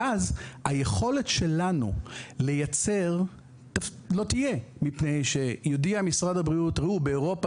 ואז היכולת שלנו לייצר לא תהיה מפני שמשרד הבריאות יודיע שבאירופה